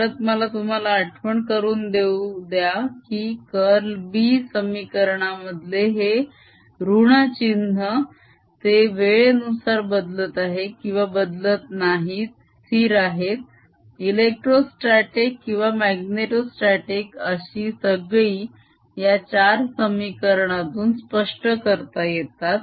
परत मला तुम्हाला आठवण करून देऊ द्या की कर्ल B समीकरणामधले हे ऋण चिन्ह ते वेळेनुसार बदलत आहेत किंवा बदलत नाहीत स्थिर आहेत इलेक्ट्रोस्त्याटीक किंवा म्याग्नेटोस्त्याटीक अशी सगळी या चार समीकरणा तून स्पष्ट करता येतात